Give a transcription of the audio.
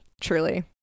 Truly